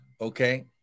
okay